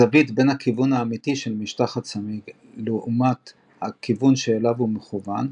הזווית בין הכיוון האמיתי של משטח הצמיג לעומת הכיוון שאליו הוא מכוון,